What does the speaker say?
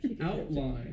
outline